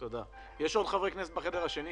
ביום שישי האחרון